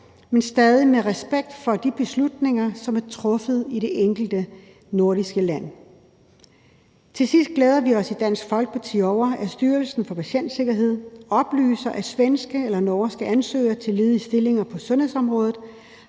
men stadig med respekt for de beslutninger, som er truffet i det enkelte nordiske land. Til sidst glæder vi os i Dansk Folkeparti over, at Styrelsen for Patientsikkerhed oplyser, at svenske og norske ansøgere til ledige stillinger på sundhedsområdet